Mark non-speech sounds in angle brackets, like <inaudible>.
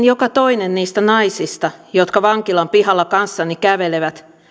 <unintelligible> joka toinen niistä naisista jotka vankilan pihalla kanssani kävelevät